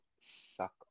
suck